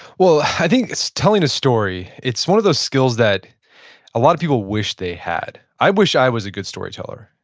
well, i think telling a story, it's one of those skills that a lot of people wish they had. i wish i was a good storyteller,